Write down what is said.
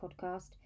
podcast